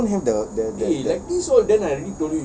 I don't even have the the the the the